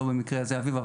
לא במקר הזה אביבה,